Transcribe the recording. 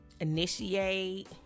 Initiate